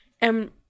And-